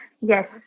Yes